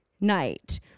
night